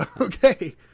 Okay